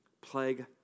Plague